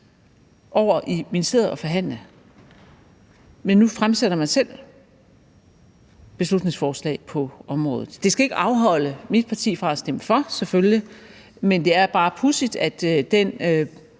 over i ministeriet og forhandle. Men nu fremsætter man selv et beslutningsforslag på området. Det skal selvfølgelig ikke afholde mit parti fra at stemme for, men det er bare pudsigt, at den